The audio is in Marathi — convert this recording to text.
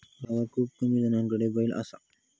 गावात खूप कमी जणांकडे बैल असा